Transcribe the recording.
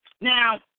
Now